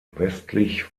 westlich